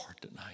tonight